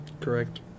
Correct